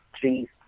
three